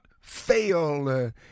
fail